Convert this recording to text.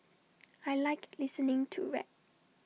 I Like listening to rap